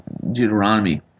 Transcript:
Deuteronomy